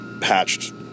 patched